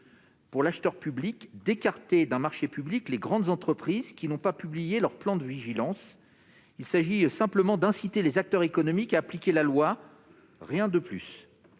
pour l'acheteur public d'écarter d'un marché public les grandes entreprises qui n'ont pas publié de plan de vigilance. Il s'agit simplement d'inciter les acteurs économiques à appliquer la loi. C'est